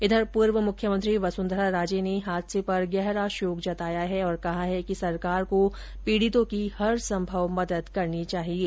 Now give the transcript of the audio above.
इधर पूर्व मुख्यमंत्री वसुंधरा राजे ने हादसे पर गहरा शोक जताया है और कहा है कि सरकार को पीडितों की हरसंभव मदद करनी चाहिये